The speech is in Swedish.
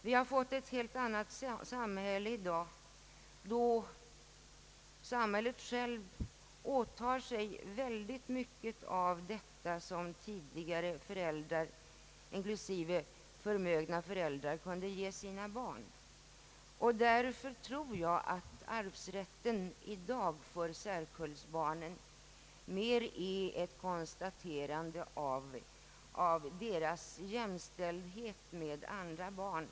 Vi har fått ett helt annat samhälle i dag — ett samhälle som självt åtar sig mycket av det som föräldrar, särskilt förmögna föräldrar, tidigare kunde göra för sina barn. Därför tror jag att arvsrätten i dag för särkullsbarnen i första hand är ett konstaterande av deras jämställdhet med andra barn.